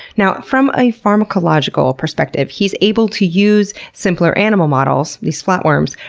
now, from a pharmacological perspective, he's able to use simpler animal models, these flatworms,